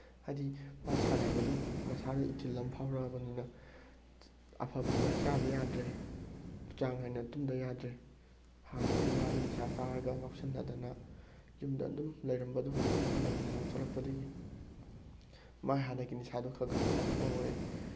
ꯍꯥꯏꯗꯤ ꯃꯥ ꯁꯥꯟꯅꯕꯗꯨ ꯃꯁꯥꯗ ꯏꯊꯤꯜ ꯑꯃ ꯐꯥꯎꯔꯛꯑꯕꯅꯤꯅ ꯑꯐꯕ ꯆꯤꯟꯖꯥꯛ ꯆꯥꯗ ꯌꯥꯗ꯭ꯔꯦ ꯆꯥꯡ ꯅꯥꯏꯅ ꯇꯨꯝꯗ ꯌꯥꯗ꯭ꯔꯦ ꯍꯥꯟꯅꯗꯤ ꯃꯥꯗꯣ ꯅꯤꯁꯥ ꯆꯥꯔꯒ ꯉꯥꯎꯁꯟꯅꯗꯅ ꯌꯨꯝꯗ ꯑꯗꯨꯝ ꯂꯩꯔꯝꯕꯗꯨ ꯍꯧꯖꯤꯛꯇꯤ ꯕꯣꯟ ꯁꯥꯟꯅꯕ ꯊꯣꯛꯂꯛꯄꯗꯒꯤ ꯃꯥꯏ ꯍꯥꯟꯅꯒꯤ ꯅꯤꯁꯥꯗꯨ ꯈꯔ ꯈꯔ ꯊꯥꯗꯣꯛꯄ ꯍꯧꯔꯦ